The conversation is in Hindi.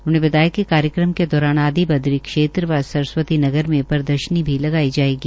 उन्होंने बताया कि ये कार्यक्रम के दौरान आदिबद्री क्षेत्र व सरसबती नगर में प्रदर्शनी भी लगाई जायेगी